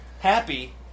Happy